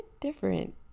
different